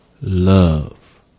love